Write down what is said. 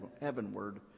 heavenward